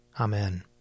Amen